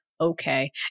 okay